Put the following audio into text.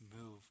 move